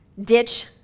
ditch